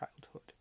childhood